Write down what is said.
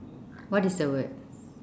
what is the word